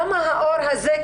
למה האור הזה,